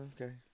okay